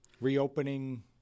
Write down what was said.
Reopening